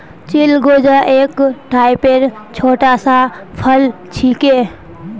चिलगोजा एक टाइपेर छोटा सा फल छिके